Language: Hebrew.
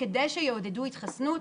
כדי שיעודדו התחסנות.